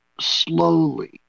slowly